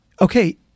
okay